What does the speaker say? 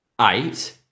eight